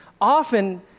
often